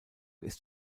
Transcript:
ist